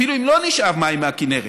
אפילו אם לא נשאב מים מהכינרת,